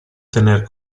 tener